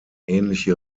ähnliche